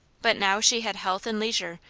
but now she had health and leisure,